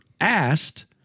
asked